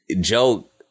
joke